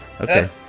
okay